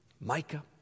Micah